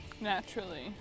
Naturally